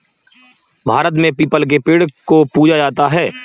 भारत में पीपल के पेड़ को पूजा जाता है